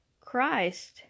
Christ